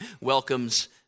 welcomes